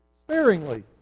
sparingly